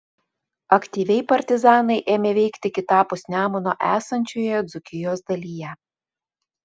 aktyviai partizanai ėmė veikti kitapus nemuno esančioje dzūkijos dalyje